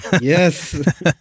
Yes